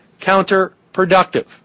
counterproductive